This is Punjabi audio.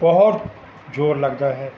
ਬਹੁਤ ਜ਼ੋਰ ਲੱਗਦਾ ਹੈ